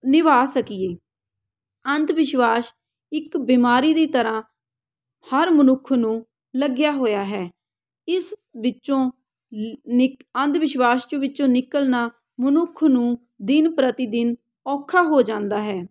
ਨਿਭਾ ਸਕੀਏ ਅੰਧ ਵਿਸ਼ਵਾਸ ਇੱਕ ਬਿਮਾਰੀ ਦੀ ਤਰ੍ਹਾਂ ਹਰ ਮਨੁੱਖ ਨੂੰ ਲੱਗਿਆ ਹੋਇਆ ਹੈ ਇਸ ਵਿੱਚੋਂ ਨ ਨਿਕ ਅੰਧ ਵਿਸ਼ਵਾਸ ਵਿੱਚੋਂ ਨਿਕਲਣਾ ਮਨੁੱਖ ਨੂੰ ਦਿਨ ਪ੍ਰਤੀ ਦਿਨ ਔਖਾ ਹੋ ਜਾਂਦਾ ਹੈ